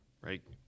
right